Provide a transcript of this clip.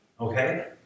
Okay